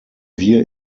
wir